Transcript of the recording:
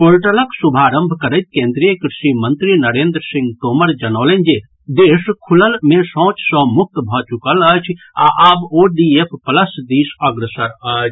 पोर्टलक शुभारंभ करैत केन्द्रीय कृषि मंत्री नरेन्द्र सिंह तोमर जनौलनि जे देश खुलल मे शौच सँ मुक्त भऽ चुकल अछि आ आब ओडीएफ प्लस दिस अग्रसर अछि